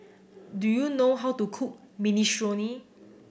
do you know how to cook Minestrone